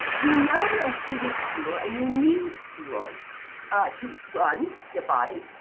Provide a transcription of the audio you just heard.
we know that food is fuel, and you need fuel to run your body,